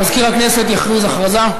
סגן מזכירת הכנסת יכריז הכרזה.